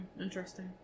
Interesting